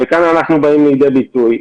כאן אנחנו באים לידי ביטוי.